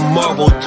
marvel